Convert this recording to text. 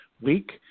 week